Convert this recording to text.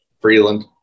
Freeland